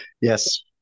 Yes